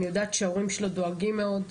אני יודעת שההורים שלו דואגים מאוד,